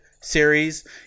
series